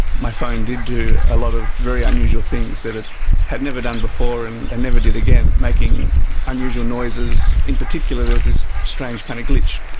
my phone did do a lot of very unusual things that it had never done before and and never did again, making unusual noises. in particular there was this strange kind of glitch.